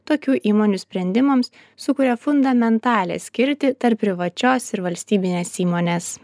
tokių įmonių sprendimams sukuria fundamentalią skirtį tarp privačios ir valstybinės įmonės